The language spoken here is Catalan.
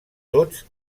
tots